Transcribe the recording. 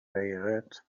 حقیقت